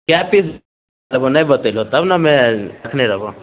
कए पीस नहि बतेलहो तब नऽ हम्मे रखने रहबो